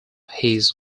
his